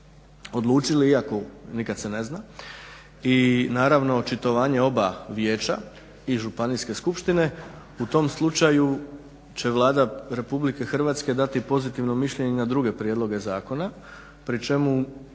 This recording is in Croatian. odlučili iako nikad se ne zna. I naravno očitovanje oba vijeća i županijske skupštine u tom slučaju će Vlada RH dati pozitivno mišljenje na druge prijedloge zakona, pri čemu